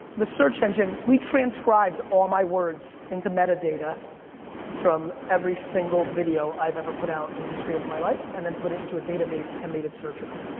the search engine, we transcribed all my words into metadata from every single video i've ever put out in the history of my life and then put it into a database and made it searchable.